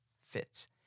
fits